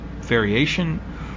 Variation